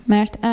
Mert